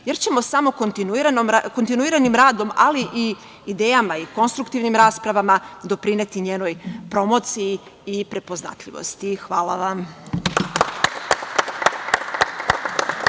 jer ćemo samo kontinuiranim radom, ali i idejama i konstruktivnim raspravama doprineti njenoj promociji i prepoznatljivosti. Hvala.